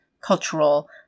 cultural